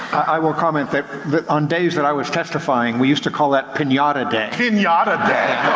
i will comment that that on days that i was testifying, we used to call that pinata day. pinata day?